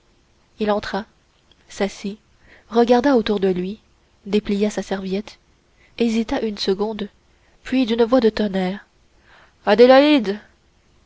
il entra s'assit regarda autour de lui déplia sa serviette hésita une seconde puis d'une voix de tonnerre